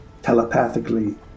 Telepathically